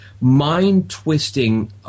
mind-twisting –